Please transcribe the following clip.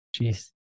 jeez